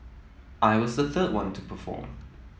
I was the third one to perform